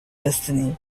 destiny